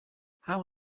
how